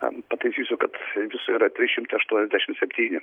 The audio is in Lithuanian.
pataisysiu kad viso yra trys šimtai aštuoniasdešim septyni